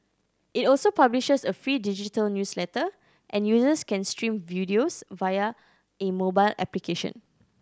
it also publishes a free digital newsletter and users can stream videos via a mobile application